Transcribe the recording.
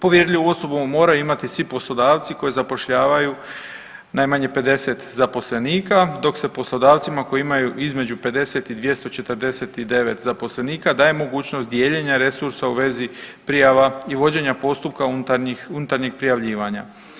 Povjerljivu osobu moraju imati svi poslodavci koji zapošljavaju najmanje 50 zaposlenika, dok se poslodavcima koji imaju između 50 i 249 zaposlenika daje mogućnost dijeljenja resursa u vezi prijava i vođenja postupka unutarnjeg prijavljivanja.